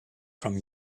from